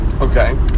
Okay